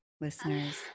listeners